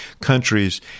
countries